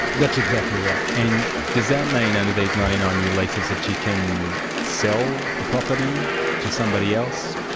that's exactly right. and does that mean under these ninety nine year leases that you can sell the property to somebody else,